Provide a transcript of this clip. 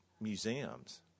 Museums